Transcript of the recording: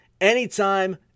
anytime